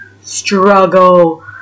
struggle